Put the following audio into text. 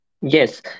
Yes